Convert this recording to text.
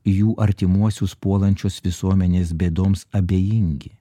jų artimuosius puolančios visuomenės bėdoms abejingi